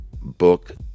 book